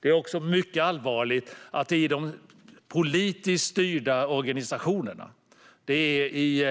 Det är också mycket allvarligt att det är i de politiskt styrda organisationerna,